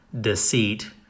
deceit